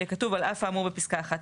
יהיה כתוב: "על אף האמור בפסקה (1א),